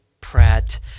Pratt